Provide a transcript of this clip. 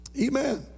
amen